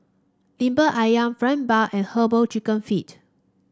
lemper ayam fried bun and herbal chicken feet